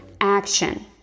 action